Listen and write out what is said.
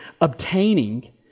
obtaining